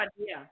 idea